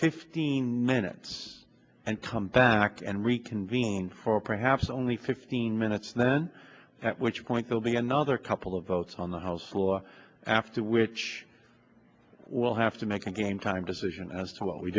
fifteen minutes and come back and reconvene for perhaps only fifteen minutes then at which point they'll be another couple of votes on the house floor after which i will have to make a game time decision as to what we